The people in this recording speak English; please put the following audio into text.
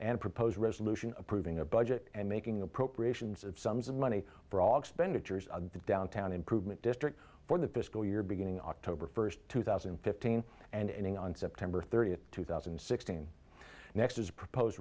and propose resolution approving a budget and making appropriations of sums of money brought expenditures downtown improvement district for the fiscal year beginning october first two thousand and fifteen and ending on september thirtieth two thousand and sixteen next as propose